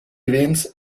events